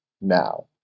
now